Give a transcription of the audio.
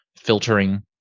filtering